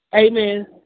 amen